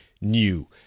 new